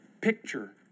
picture